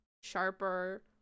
sharper